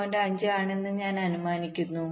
5 ആണെന്ന് ഞാൻ അനുമാനിക്കുന്നു